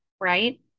right